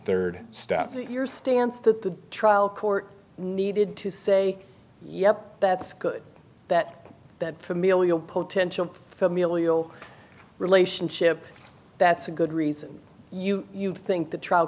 think your stance that the trial court needed to say yep that's good that that familial potential familial relationship that's a good reason you you think the trial